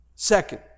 Second